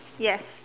yes